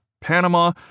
Panama